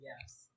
Yes